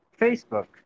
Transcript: Facebook